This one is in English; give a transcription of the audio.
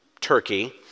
Turkey